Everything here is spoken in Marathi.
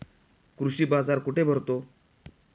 कृषी बाजार कुठे भरतो?